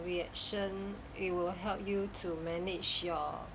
reaction it will help you to manage your